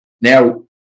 Now